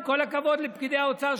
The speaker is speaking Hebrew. עם כל הכבוד לפקידי האוצר,